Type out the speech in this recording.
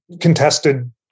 contested